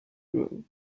room